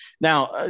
Now